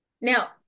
Now